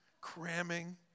cramming